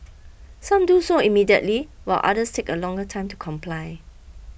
some do so immediately while others take a longer time to comply